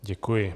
Děkuji.